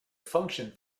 function